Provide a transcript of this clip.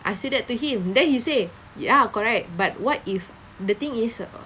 I said that to him then he say ya correct but what if the thing is